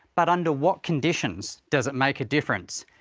but under what conditions does it make a difference?